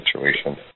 situation